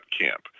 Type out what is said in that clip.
Camp